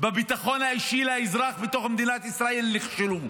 -- בביטחון האישי לאזרח בתוך מדינת ישראל נכשלו.